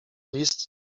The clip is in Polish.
list